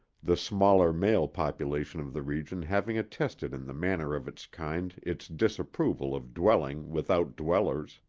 the smaller male population of the region having attested in the manner of its kind its disapproval of dwelling without dwellers.